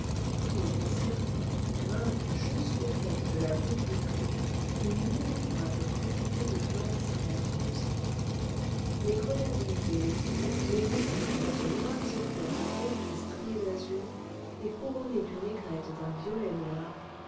courent serpentent grimpent jusqu'au faîte de la voûte vitrée une innombrable quantité de plantes sarmenteuses les grenadilles ailées les passiflores aux larges fleurs de pourpre striées d'azur et couronnées d'une aigrette d'un violet noir